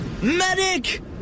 Medic